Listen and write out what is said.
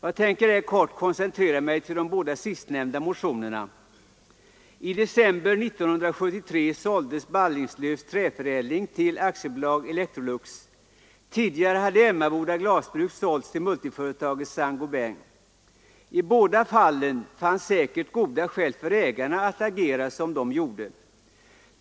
I december 1973 såldes Ballingslövs träförädling till AB Electrolux. Tidigare hade Emmaboda glasverk sålts till multiföretaget Saint Gobain. I båda fallen fanns säkert goda skäl för ägarna att agera som de gjorde.